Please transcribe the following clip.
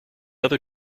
other